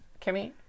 Kimmy